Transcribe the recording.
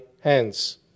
hands